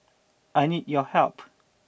I need your help